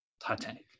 Titanic